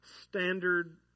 standard